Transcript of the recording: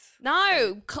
No